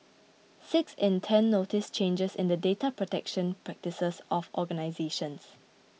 six in ten noticed changes in the data protection practices of organisations